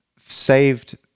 saved